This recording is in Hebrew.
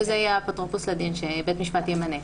שזה יהיה האפוטרופוס לדין שבית משפט ימנה.